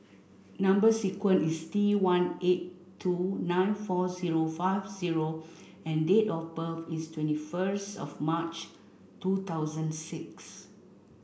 number sequence is T one eight two nine four zero five zero and date of birth is twenty first of March two thousand and six